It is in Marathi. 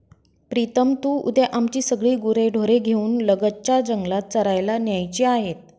प्रीतम तू उद्या आमची सगळी गुरेढोरे घेऊन लगतच्या जंगलात चरायला न्यायची आहेत